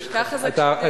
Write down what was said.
ככה זה כשנהנים מעל הדוכן.